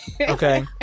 Okay